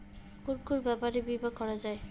কুন কুন ব্যাপারে বীমা করা যায়?